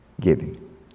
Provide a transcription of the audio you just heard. giving